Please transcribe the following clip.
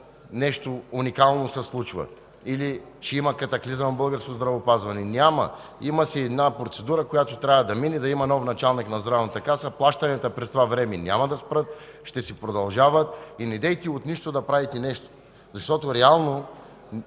нещо уникално се случва, или ще има катаклизъм в българското здравеопазване. Няма! Има си една процедура, която трябва да мине, да има нов началник на Здравната каса. Плащанията през това време няма да спрат, ще си продължават. Недейте от нищо да правите нещо, защото реално